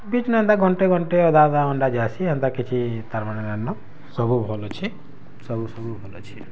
beach ନୁ ଏନ୍ତା ଘଣ୍ଟେ ଘଣ୍ଟେ ଅଧା ଅଧା ଘଣ୍ଟା ଯାଏସି ହେନ୍ତା କିଛି ତାର୍ମାନେ ନାଇଁ ନ ସବୁ ଭଲ୍ ଅଛେ ସବୁ ସବୁ ଭଲ୍ ଅଛେ